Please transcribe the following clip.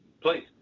Please